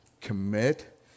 commit